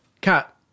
Cat